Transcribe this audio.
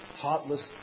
heartless